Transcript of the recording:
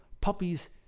Puppies